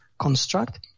construct